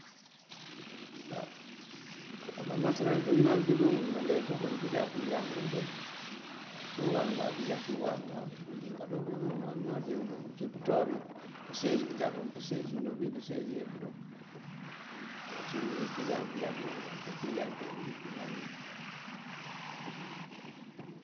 Á amateriyel kí mëëŋal kí nándo nëëleempikël këënjákul yankërin kël. uncí uwárëmúwar, këënjákul uwárëmúwar, udíŋaţu uwárëmúwar cíduŋ. Uncí pëënţúwári, pëëcez káanjákul pëëcez unk dí pëëcez jámbúndo. ací pëpiliyaŋ këënjákul má ŋal pëpiliyaŋ.